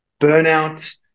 burnout